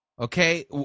okay